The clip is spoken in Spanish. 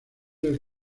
del